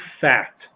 fact